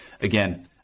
again